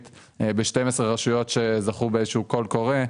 ב-12 רשויות שזכו באיזה שהוא קול קורא.